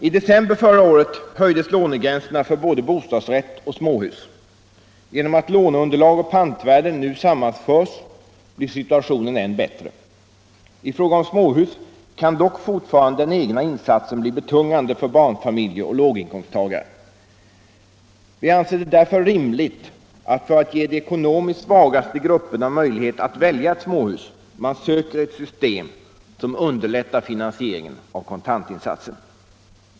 I december förra året höjdes lånegränserna för både bostadsrätt och småhus. Genom att låneunderlag och pantvärde nu sammanförs blir situationen än bättre. I fråga om småhus kan dock fortfarande den egna insatsen bli betungande för barnfamiljer och låginkomsttagare. Vi anser det därför rimligt att man, för att ge de ekonomiskt svagaste grupperna möjlighet att välja ett småhus, söker åstadkomma ett system som underlättar finansieringen av kontantinsatsen.